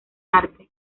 arte